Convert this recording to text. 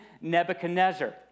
Nebuchadnezzar